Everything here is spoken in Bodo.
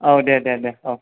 औ दे दे दे औ